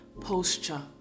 posture